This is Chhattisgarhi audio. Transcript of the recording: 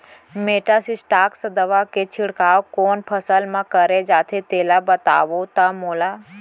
मेटासिस्टाक्स दवा के छिड़काव कोन फसल म करे जाथे तेला बताओ त मोला?